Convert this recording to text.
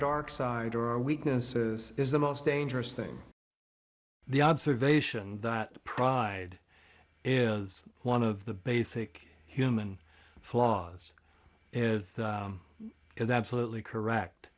dark side or our weaknesses is the most dangerous thing the observation that pride is one of the basic human flaws is absolutely correct